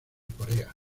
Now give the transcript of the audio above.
corea